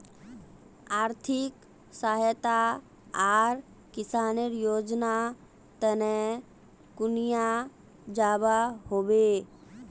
आर्थिक सहायता आर किसानेर योजना तने कुनियाँ जबा होबे?